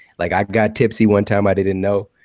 like i got tipsy one time. i didn't know.